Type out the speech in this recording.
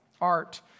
art